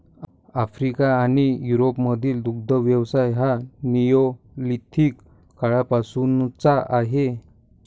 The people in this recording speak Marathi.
आफ्रिका आणि युरोपमधील दुग्ध व्यवसाय हा निओलिथिक काळापासूनचा आहे